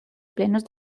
plenos